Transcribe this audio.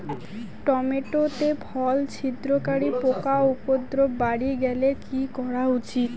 Tomato তে ফল ছিদ্রকারী পোকা উপদ্রব বাড়ি গেলে কি করা উচিৎ?